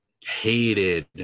hated